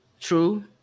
True